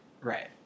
right